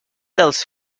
dels